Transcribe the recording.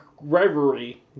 rivalry